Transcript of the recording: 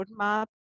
roadmap